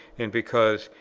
and because,